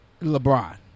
LeBron